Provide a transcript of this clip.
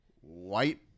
white